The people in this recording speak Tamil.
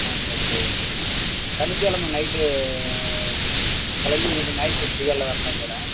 ஆ ஓகே ஓகே மேம் நான் சனிக்கெழம நைட்டு கிளம்பி விடி நைட்டு விடியகாலையில் வர்ற மாதிரி வரேன்